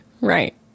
Right